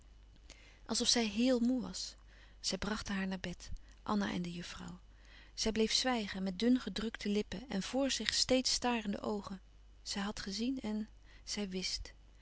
of zij héél moê was zij brachten haar naar bed anna en de juffrouw zij bleef zwijgen met dun gedrukte lippen en vr zich steeds starende oogen zij had gezien en zij